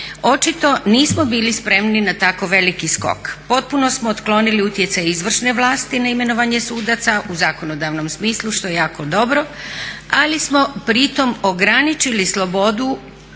Očito nismo bili spremni na tako veliki skok. Potpuno smo otklonili utjecaj izvršne vlasti na imenovanje sudaca u zakonodavnom smislu što je jako dobro ali smo pri tome ograničili slobodu